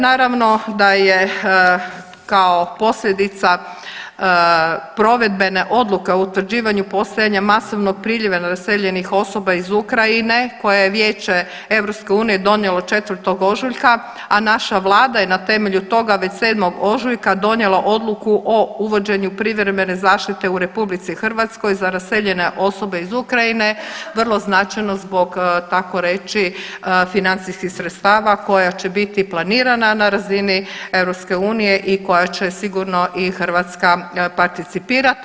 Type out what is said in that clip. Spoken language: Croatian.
Naravno da je kao posljedica provedbene Odluke o utvrđivanju postojanja masovnog priljeva raseljenih osoba iz Ukrajine koje je Vijeće EU donijelo 4. ožujka, a naša vlada je na temelju toga već 7. ožujka donijela Odluku o uvođenju privremene zaštite u RH za raseljene osobe iz Ukrajine, vrlo značajno zbog tako reći financijskih sredstava koja će biti planirana na razini EU koje će sigurno i Hrvatska participirati.